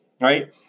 right